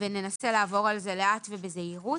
וננסה לעבור על זה לאט ובזהירות.